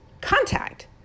contact